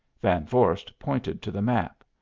van vorst pointed to the map.